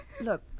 Look